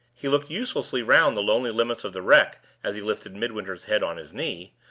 he looked uselessly round the lonely limits of the wreck, as he lifted midwinter's head on his knee,